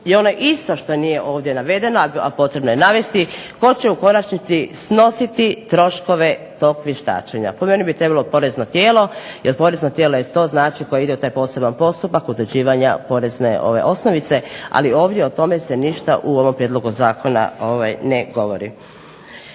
I ono isto što nije ovdje navedeno, a potrebno je navesti, tko će u konačnici snositi troškove tog vještačenja? Po meni bi trebalo porezno tijelo jer porezno tijelo je to znači koje ide u taj poseban postupak određivanja porezne osnovice. Ali, ovdje o tome se ništa u ovom prijedlogu zakona ne govori.